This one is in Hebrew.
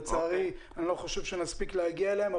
לצערי אני לא חושב שנספיק להגיע אליהם.